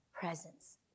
presence